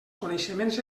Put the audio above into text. coneixements